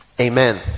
Amen